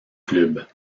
clubs